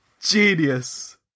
genius